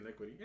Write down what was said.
liquidy